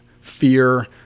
fear